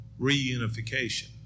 reunification